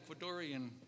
Ecuadorian